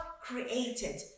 created